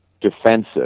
defensive